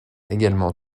également